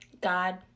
God